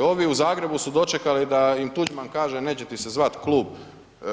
Ovi u Zagrebu su dočekali da im Tuđman kaže neće ti se zvati klub